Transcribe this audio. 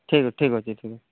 ଠିକ୍ ଅଛି ଠିକ୍ ଅଛି ଠିକ୍